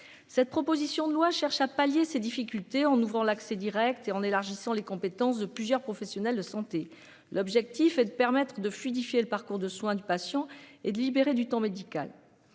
Cette proposition de loi cherche à pallier ces difficultés en ouvrant l'accès Direct et en élargissant les compétences de plusieurs professionnels de santé. L'objectif est de permettre de fluidifier le parcours de soin du patient et de libérer du temps médical.